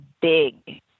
big